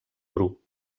bru